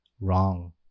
Wrong